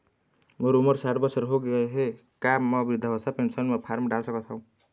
मोर उमर साठ बछर होथे गए हे का म वृद्धावस्था पेंशन पर फार्म डाल सकत हंव?